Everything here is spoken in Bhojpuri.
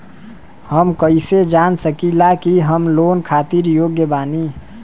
हम कईसे जान सकिला कि हम लोन खातिर योग्य बानी?